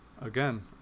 again